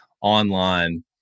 online